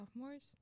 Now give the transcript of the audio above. sophomores